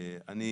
שוב,